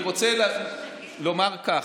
אני רוצה לומר כך,